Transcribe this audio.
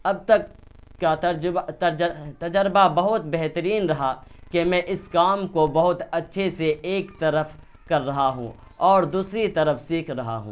اب تک کا تجربہ بہت بہترین رہا کہ میں اس کام کو بہت اچھے سے ایک طرف کر رہا ہوں اور دوسری طرف سیکھ رہا ہوں